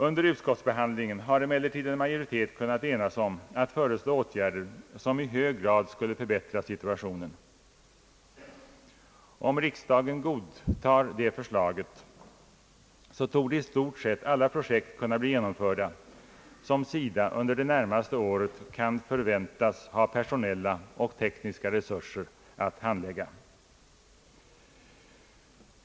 Under utskottsbehandlingen har emellertid en majoritet kunnat enas om att föreslå åtgärder som i hög grad skulle förbättra situationen. Om riksdagen godkänner förslaget torde i stort sett alla projekt kunna bli genomförda som SIDA under det närmaste året kan förväntas ha personella och tekniska resurser att handlägga.